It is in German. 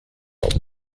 auf